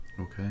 Okay